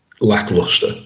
lackluster